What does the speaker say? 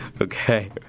Okay